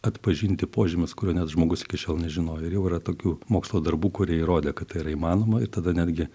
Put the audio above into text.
atpažinti požymius kurių net žmogus iki šiol nežinojo ir jau yra tokių mokslo darbų kurie įrodė kad tai yra įmanoma ir tada netgi